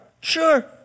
sure